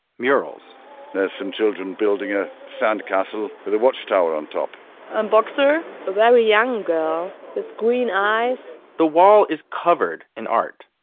murals there's some children building a sandcastle with a watchtower on top a um boxer a very young girl with green eyes the wall is covered in art.